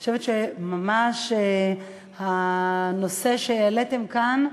אני חושבת שהנושא שהעליתם כאן,